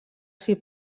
s’hi